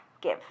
give